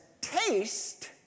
taste